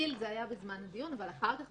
ונדמה לי שזאת הצעת חברת הכנסת, הוא הסדר חדש.